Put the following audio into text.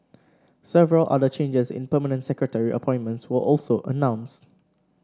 several other changes in permanent secretary appointments were also announced